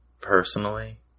personally